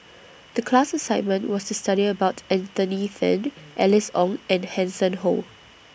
The class assignment was to study about Anthony Then Alice Ong and Hanson Ho